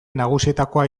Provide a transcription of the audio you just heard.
nagusietakoa